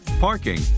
parking